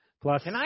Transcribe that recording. plus